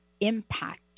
impact